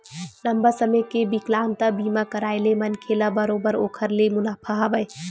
लंबा समे के बिकलांगता बीमा कारय ले मनखे ल बरोबर ओखर ले मुनाफा हवय